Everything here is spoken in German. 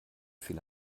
viele